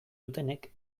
dutenek